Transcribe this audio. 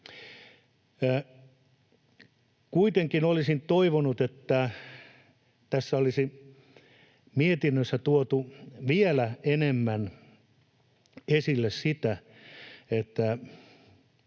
Kuitenkin olisin toivonut, että tässä olisi mietinnössä tuotu vielä enemmän esille sitä, että